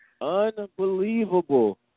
Unbelievable